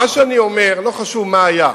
מה שאני אומר, שלא חשוב מה היה.